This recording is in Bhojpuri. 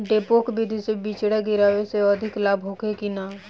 डेपोक विधि से बिचड़ा गिरावे से अधिक लाभ होखे की न?